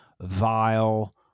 vile